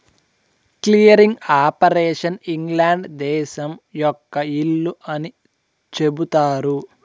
clearing operation England దేశం యొక్క ఇల్లు అని చెబుతారు